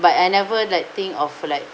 but I never like think of like